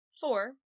Four